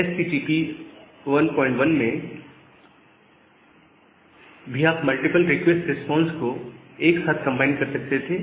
HTTP 11 में भी आप मल्टीपल रिक्वेस्ट रिस्पांस मैसेजेस को एक साथ कंबाइन कर सकते थे